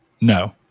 No